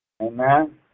Amen